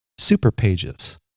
superpages